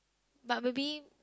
but maybe